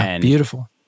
Beautiful